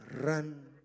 run